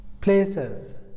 places